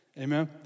Amen